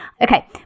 okay